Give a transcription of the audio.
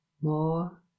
more